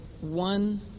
one